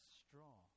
straw